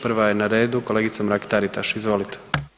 Prva je na redu kolegica Mrak-Taritaš, izvolite.